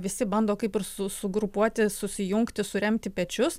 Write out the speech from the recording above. visi bando kaip ir su sugrupuoti susijungti suremti pečius